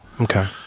Okay